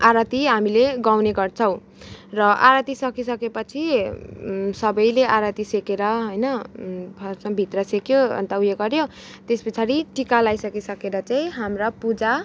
आरती हामीले गाउने गर्छौँ र आरती सकिसकेपछि सबैले आरती सेकेर होइन फर्स्टमा भित्र सेक्यो अन्त उयो गऱ्यो त्यस पछाडी टिका लाई सकिसकेर चाहिँ हाम्रा पुजा